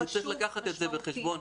צריך לקחת בחשבון.